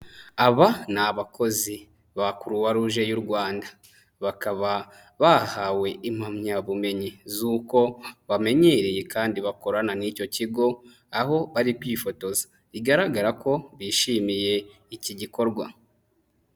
Aba ni abakozi ba Croix Rouge y'u Rwanda, bakaba bahawe impamyabumenyi z'uko bamenyereye kandi bakorana n'icyo kigo, aho bari kwifotoza bigaragara ko bishimiye iki gikorwa.